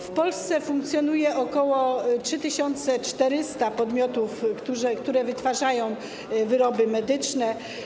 W Polsce funkcjonuje ok. 3400 podmiotów, które wytwarzają wyroby medyczne.